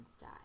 die